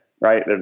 right